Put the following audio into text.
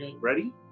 Ready